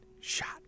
shot